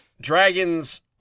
dragons